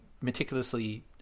meticulously